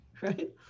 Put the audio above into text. right